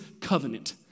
covenant